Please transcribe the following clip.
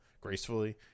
gracefully